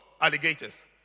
Alligators